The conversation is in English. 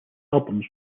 albums